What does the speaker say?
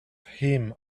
him